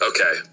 Okay